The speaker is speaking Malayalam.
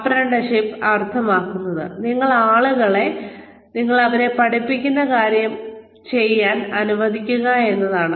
അപ്രന്റീസ്ഷിപ്പ് അർത്ഥമാക്കുന്നത് നിങ്ങൾ ആളുകളെ നിങ്ങൾ അവരെ പഠിപ്പിക്കുന്ന പുതിയ കാര്യം ചെയ്യാൻ അനുവദിക്കുക എന്നതാണ്